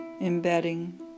embedding